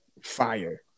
Fire